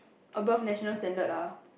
above national standard lah